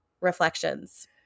reflections